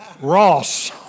Ross